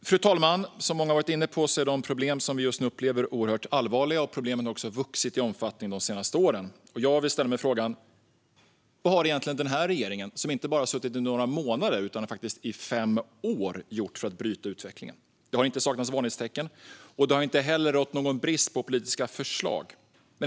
Fru talman! Som många har varit inne på är de problem som vi just nu upplever oerhört allvarliga. Problemen har också vuxit i omfattning de senaste åren. Jag ställer frågan: Vad har egentligen denna regering, som inte har suttit i bara några månader utan faktiskt i fem år, gjort för att bryta utvecklingen? Det har inte saknats varningstecken, och det har inte heller rått någon brist på politiska förslag.